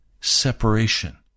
separation